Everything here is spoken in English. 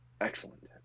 Excellent